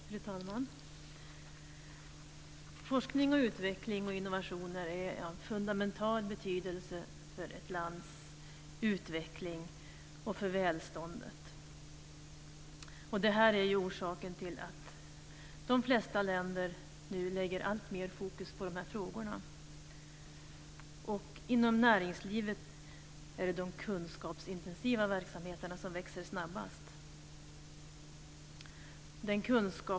Fru talman! Forskning, utveckling och innovationer är av fundamental betydelse för ett lands utveckling och för välståndet. Det är orsaken till att de flesta länder nu lägger alltmer av fokus på de här frågorna. Inom näringslivet är det de kunskapsintensiva verksamheterna som växer snabbast.